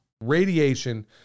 radiation